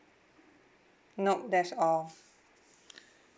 no that's all